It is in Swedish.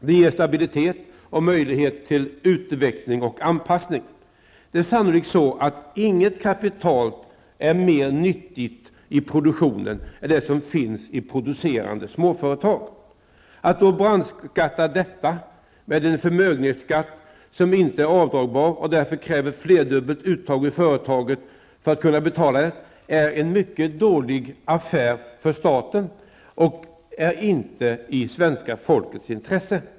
Det ger stabilitet och möjlighet till utveckling och anpassning. Det är sannolikt så att inget kapital är mer nyttigt i produktionen än det som finns i producerande småföretag. Att då ''brandskatta'' detta -- med en förmögenhetsskatt som inte är avdragbar och därför kräver flerdubbelt uttag ur företaget för att kunna betalas -- är en mycket dålig affär för staten och inte i svenska folkets intresse.